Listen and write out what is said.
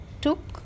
took